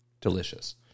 Delicious